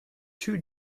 two